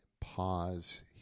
pause